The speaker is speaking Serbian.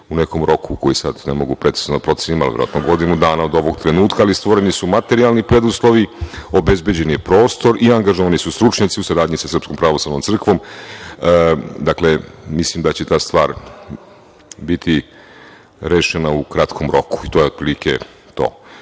u nekom roku, koji sada ne mogu sada precizno pred svima, a verovatno godinu dana od ovog trenutka, ali stvoreni su materijalni preduslovi, obezbeđen je prostor i angažovani su stručnjaci u saradnji sa SPC.Dakle, mislim da će ta stvar biti rešena u kratkom roku. To je otprilike to. Što